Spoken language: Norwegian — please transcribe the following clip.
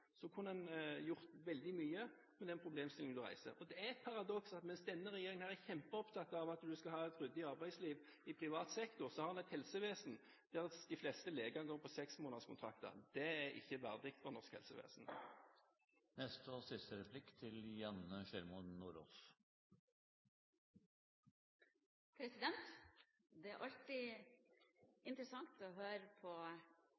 kunne man ha gjort veldig mye med den problemstillingen du reiser. Det er et paradoks at mens denne regjeringen er kjempeopptatt av at du skal ha et ryddig arbeidsliv i privat sektor, har vi et helsevesen der de fleste leger går på seks måneders kontrakter. Det er ikke verdig norsk helsevesen. Det er alltid interessant å høre på hvor elegant representanten Ketil Solvik-Olsen påstår at de andre tar feil. Det synes jeg er